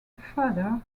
father